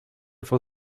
for